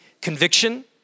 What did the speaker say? conviction